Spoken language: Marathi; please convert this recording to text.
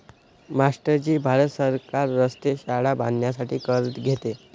मास्टर जी भारत सरकार रस्ते, शाळा बांधण्यासाठी कर घेते